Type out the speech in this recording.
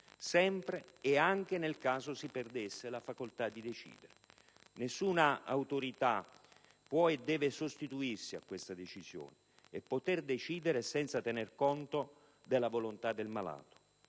sempre e anche nel caso si perdesse la facoltà di decidere. Nessuna autorità può e deve sostituirsi a tali decisioni e decidere senza tenere conto della volontà del malato.